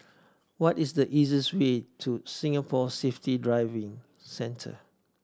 what is the easiest way to Singapore Safety Driving Centre